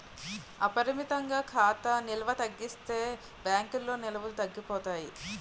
అపరిమితంగా ఖాతా నిల్వ తగ్గించేస్తే బ్యాంకుల్లో నిల్వలు తగ్గిపోతాయి